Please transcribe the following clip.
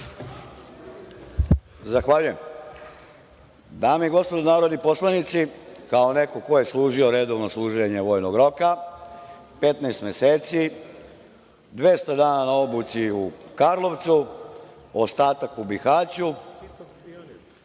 Zahvaljujem. Dame i gospodo narodni poslanici, kao neko ko je služio redovno služenje vojnog roka, 15 meseci, 200 dana na obuci u Karlovcu, ostatak u Bihaću,